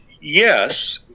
Yes